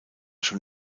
schon